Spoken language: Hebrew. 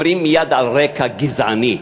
אומרים מייד: על רקע גזעני.